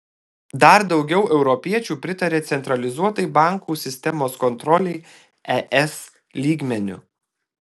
dar daugiau europiečių pritaria centralizuotai bankų sistemos kontrolei es lygmeniu